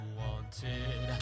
wanted